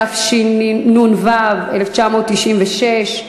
התשנ"ו 1996,